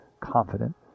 confident